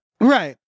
Right